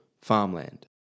farmland